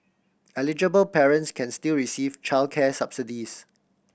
eligible parents can still receive childcare subsidies